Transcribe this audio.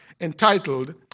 entitled